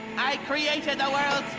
i created the world's